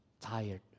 tired